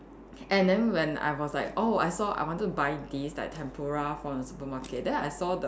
and then when I was like oh I saw I wanted to buy this like tempura from the supermarket then I saw the